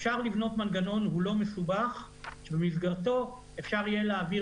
אפשר לבנות מנגנון פשוט שבמסגרתו אפשר יהיה להעביר